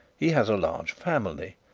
he has a large family,